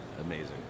Amazing